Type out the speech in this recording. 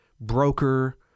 broker